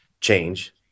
change